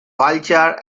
vulture